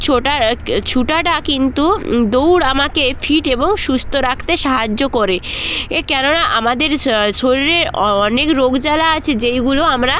ছোটা ক্ ছোটাটা কিন্তু দৌড় আমাকে ফিট এবং সুস্থ রাখতে সাহায্য করে এ কেননা আমাদের স্ শরীরে অ অনেক রোগ জ্বালা আছে যেইগুলো আমরা